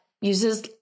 uses